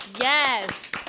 Yes